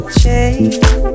change